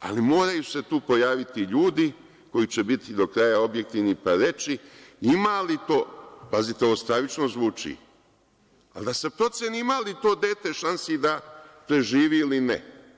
ali moraju se tu pojaviti ljudi koji će biti do kraja objektivni pa reći, pazite ovo stravično zvuči, ali da se proceni ima li to dete šansi da preživi ili ne.